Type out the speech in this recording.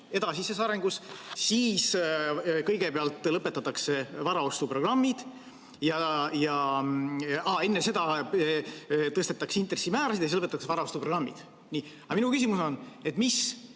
edasises arengus, siis kõigepealt lõpetatakse varaostuprogrammid. Enne seda tõstetakse intressimäärasid ja siis lõpetatakse varaostuprogrammid. Aga minu küsimus on, et kuidas